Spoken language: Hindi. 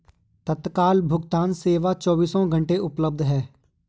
तत्काल भुगतान सेवा चोबीसों घंटे उपलब्ध है